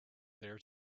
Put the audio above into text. there